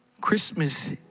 Christmas